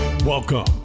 Welcome